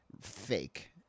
Fake